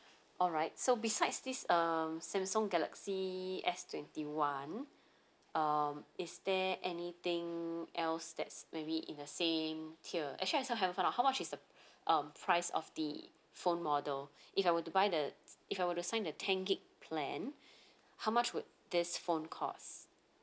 alright so besides this um samsung galaxy S twenty one um is there anything else that's maybe in the same tier actually I also haven't find out how much is the um price of the phone model if I were to buy the if I were to sign the ten gig plan how much would this phone cost